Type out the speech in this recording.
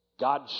God